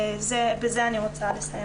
בזה אני אסיים.